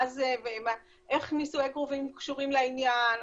מה זה ואיך נישואי קרובים קשורים לעניין,